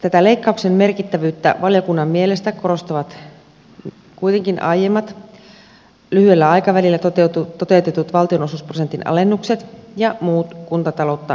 tätä leikkauksen merkittävyyttä valiokunnan mielestä korostavat kuitenkin aiemmat lyhyellä aikavälillä toteutetut valtionosuusprosentin alennukset ja muut kuntataloutta rasittavat toimenpiteet